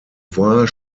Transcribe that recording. war